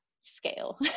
scale